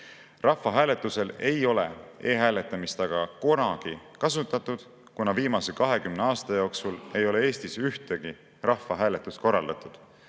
Rahvahääletusel ei ole e‑hääletamist aga kunagi kasutatud, kuna viimase 20 aasta jooksul ei ole Eestis ühtegi rahvahääletust korraldatud.